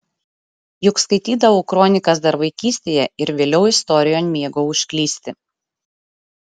juk skaitydavau kronikas dar vaikystėje ir vėliau istorijon mėgau užklysti